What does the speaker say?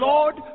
Lord